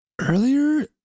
earlier